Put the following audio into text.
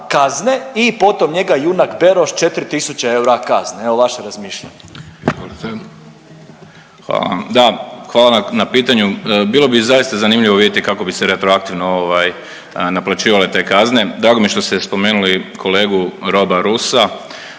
Litre, Marko (Hrvatski suverenisti)** Hvala vam. Da, hvala na pitanju. Bilo bi zaista zanimljivo vidjeti kako bi se retroaktivno ovaj naplaćivale te kazne. Drago mi je što ste spomenuli kolegu Roba Roosa